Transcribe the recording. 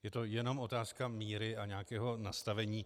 Je to jenom otázka míry a nějakého nastavení.